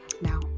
now